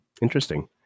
Interesting